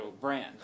brand